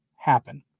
happen